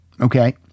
Okay